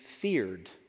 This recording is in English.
feared